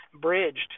bridged